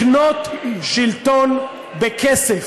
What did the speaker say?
לקנות שלטון בכסף.